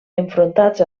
enfrontats